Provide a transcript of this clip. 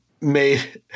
made